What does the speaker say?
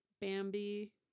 bambi